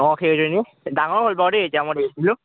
অঁ সেইখিনি ডাঙৰ হ'ল বাৰু দেই এতিয়া মই দেখিছিলোঁ